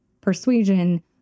persuasion